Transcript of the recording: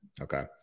Okay